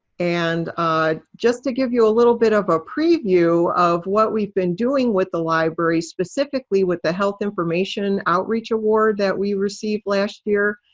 and just to give you a little bit of a preview of what we've been doing with the library, specifically with the health information outreach award that we received last year,